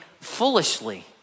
foolishly